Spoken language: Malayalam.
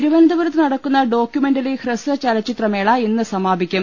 തിരുവനന്തപുരത്ത് നടക്കുന്ന ഡോക്യുമെന്ററി ഹ്രസ്വ ചലച്ചി ത്രമേള ഇന്ന് സമാപിക്കും